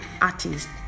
artist